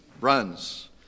runs